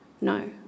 No